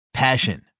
Passion